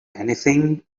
anything